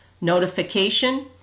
notification